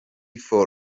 for